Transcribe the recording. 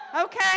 Okay